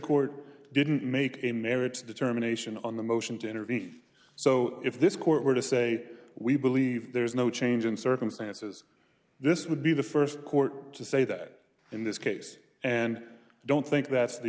court didn't make a merits determination on the motion to intervene so if this court were to say we believe there is no change in circumstances this would be the st court to say that in this case and i don't think that's the